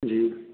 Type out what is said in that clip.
जी